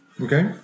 Okay